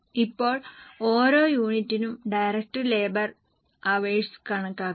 ഇപ്പോൾ ഓരോ യൂണിറ്റിനും ഡയറക്റ്റ് ലേബർ ഹവേഴ്സ് കണക്കാക്കുക